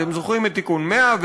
אתם זוכרים את תיקון 100,